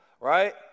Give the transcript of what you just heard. right